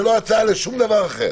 זו לשום דבר אחר.